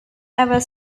ever